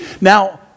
Now